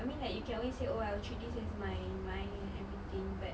I mean like you can always say oh I will treat this as my my everything but